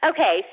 Okay